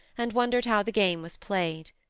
and wondered how the game was played.